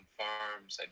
farms